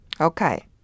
Okay